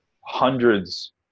hundreds